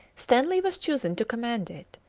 stanley was chosen to command it.